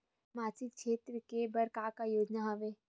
सामाजिक क्षेत्र के बर का का योजना हवय?